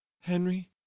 Henry